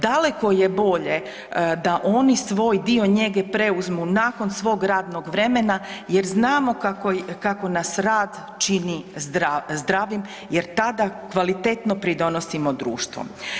Daleko je bolje da oni svoj dio njege preuzmu nakon svog radnog vremena jer znamo kako nas rad čini zdravim jer tada kvalitetno pridonosimo društvu.